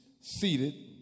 seated